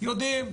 יודעים,